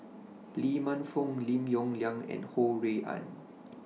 Lee Man Fong Lim Yong Liang and Ho Rui An